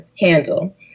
handle